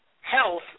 health